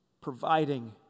providing